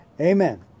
Amen